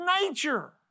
nature